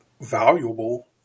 valuable